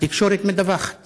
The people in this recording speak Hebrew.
התקשורת מדווחת